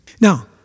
Now